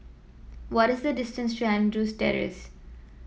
what is the distance to Andrews Terrace